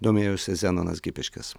domėjosi zenonas gipiškis